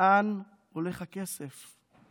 לאן הולך הכסף?